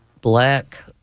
black